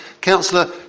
Councillor